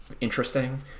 interesting